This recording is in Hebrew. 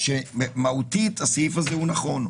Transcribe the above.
הסעיף הזה נכון.